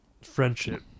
friendship